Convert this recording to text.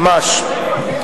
ממש.